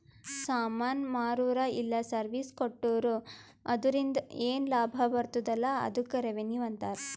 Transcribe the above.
ಸಾಮಾನ್ ಮಾರುರ ಇಲ್ಲ ಸರ್ವೀಸ್ ಕೊಟ್ಟೂರು ಅದುರಿಂದ ಏನ್ ಲಾಭ ಬರ್ತುದ ಅಲಾ ಅದ್ದುಕ್ ರೆವೆನ್ಯೂ ಅಂತಾರ